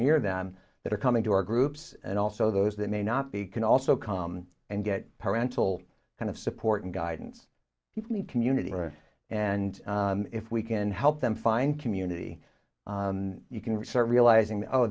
near them that are coming to our groups and also those that may not be can also come and get parental kind of support and guidance if any community and if we can help them find community you can